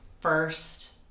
first